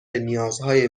نیازهای